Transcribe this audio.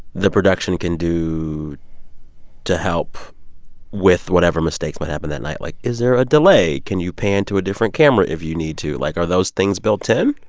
the production can do to help with whatever mistakes might happen that night? like, is there a delay? can you pan to a different camera if you need to? like, are those things built in?